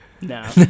no